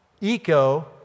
ECO